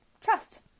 Trust